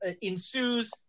ensues